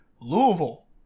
Louisville